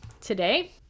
today